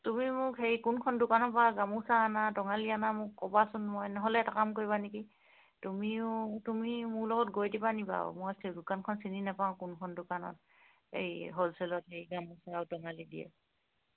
তুমি মোক হেৰি কোনখন দোকানৰপৰা গামোচা আনা টঙালি আনা মোক ক'বাচোন মই নহ'লে এটা কাম কৰিবা নেকি তুমিও তুমি মোৰ লগত গৈ দিবা নেকি বাৰু মই যে দোকানখন চিনি নোপাওঁ কোনখন দোকানত এই হ'লচেলত এই গামোচা আৰু টঙালি দিয়ে